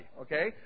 okay